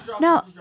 No